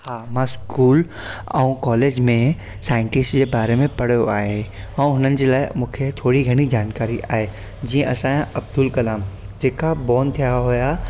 हा मां स्कूल ऐं कॉलेज में साइंटिस्ट जे बारे में पढ़ियो आहे ऐं हुननि जे लाइ मूंखे थोरी घणी जानकारी आहे जीअं असांजा अब्दुल कलाम जेका बॉर्न थिया हुया